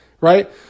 Right